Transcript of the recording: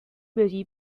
busy